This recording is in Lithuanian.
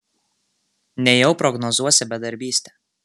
nejau prognozuosi bedarbystę